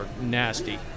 nasty